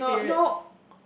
Jia-Ling spirit